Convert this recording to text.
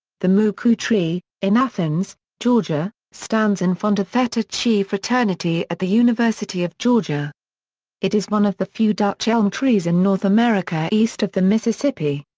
the moocoo tree, in athens, georgia, stands in front of theta chi fraternity at the university of georgia it is one of the few dutch elm trees in north america east of the mississippi.